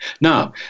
Now